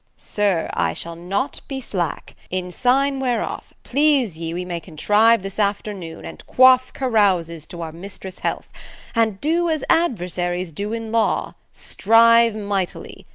sir, i shall not be slack in sign whereof, please ye we may contrive this afternoon, and quaff carouses to our mistress' health and do as adversaries do in law, strive mightily,